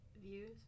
views